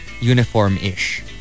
Uniform-ish